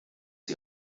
die